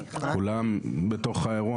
אתם מדברים על כלל גופי התשתית?